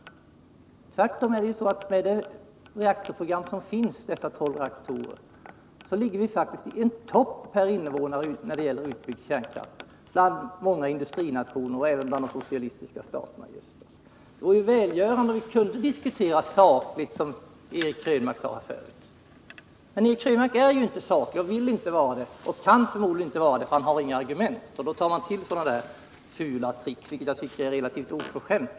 Jämfört med många andra industrinationer och även med de socialistiska staterna i öst ligger faktiskt vi i Sverige med vårt reaktorprogram om 12 reaktorer på toppen när det gäller utbyggd kärnkraft per invånare. Det vore välgörande om vi kunde diskutera betydelse för försvaret frågan sakligt, som Eric Krönmark sade här tidigare. Men Eric Krönmark är inte saklig och vill inte vara det och kan förmodligen inte vara det, för han har inga argument. Därför tar han till sådana där fula trick, vilket är ganska oförskämt.